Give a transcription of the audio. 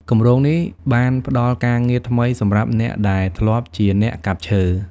គម្រោងនេះបានផ្តល់ការងារថ្មីសម្រាប់អ្នកដែលធ្លាប់ជាអ្នកកាប់ឈើ។